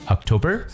October